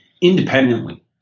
independently